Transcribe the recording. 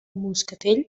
moscatell